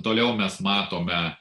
toliau mes matome